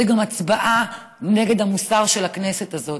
זו גם הצבעה נגד המוסר של הכנסת הזאת,